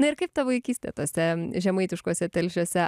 na ir kaip ta vaikystė tose žemaitiškose telšiuose